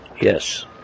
Yes